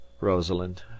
rosalind